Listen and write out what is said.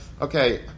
okay